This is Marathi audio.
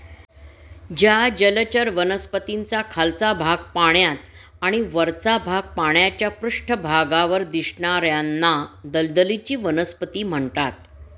ज्या जलचर वनस्पतींचा खालचा भाग पाण्यात आणि वरचा भाग पाण्याच्या पृष्ठभागावर दिसणार्याना दलदलीची वनस्पती म्हणतात